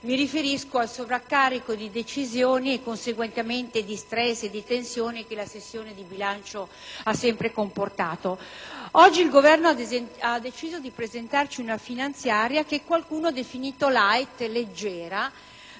mi riferisco al sovraccarico di decisioni e conseguentemente di stress e di tensione che la sessione di bilancio ha sempre comportato. Oggi il Governo ha deciso di presentare una finanziaria, che qualcuno ha definito *light*, leggera,